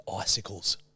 icicles